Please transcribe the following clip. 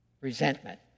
resentment